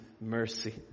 mercy